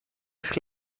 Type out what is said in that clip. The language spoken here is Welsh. eich